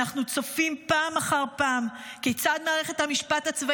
אנחנו צופים פעם אחר פעם כיצד מערכת המשפט הצבאית